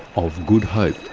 of good hope.